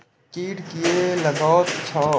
कीट किये लगैत छै?